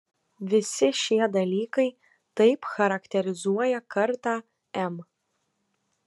visi šie dalykai taip charakterizuoja kartą m